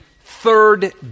third